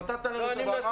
נתתי לנו במה.